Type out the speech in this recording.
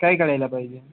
काय करायला पाहिजे